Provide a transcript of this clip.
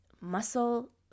Muscle